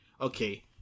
okay